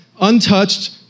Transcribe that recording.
Untouched